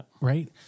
Right